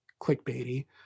clickbaity